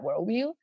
worldview